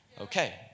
okay